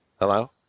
Hello